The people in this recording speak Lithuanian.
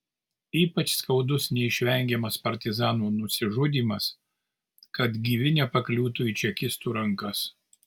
ypač skaudus neišvengiamas partizanų nusižudymas kad gyvi nepakliūtų į čekistų rankas